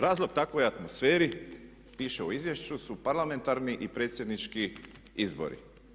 Razlog takvoj atmosferi, piše u izvješću, su parlamentarni i predsjednički izbori.